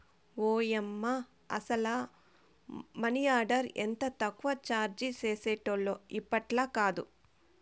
ఓయమ్మ, అసల money order ఎంత తక్కువ చార్జీ చేసేటోల్లో ఇప్పట్లాకాదు